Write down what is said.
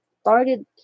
started